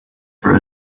for